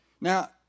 Now